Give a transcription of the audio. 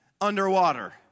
underwater